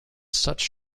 such